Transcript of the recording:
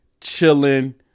chilling